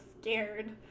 scared